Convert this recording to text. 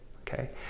Okay